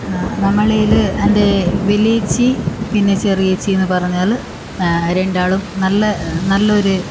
നമ്മളിൽ എൻ്റെ വലിയ ചേച്ചി പിന്നെ ചെറിയ ചേച്ചി എന്ന് പറഞ്ഞാൽ രണ്ടാളും നല്ല നല്ല ഒരു